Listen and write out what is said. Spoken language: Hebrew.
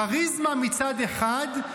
כריזמה מצד אחד,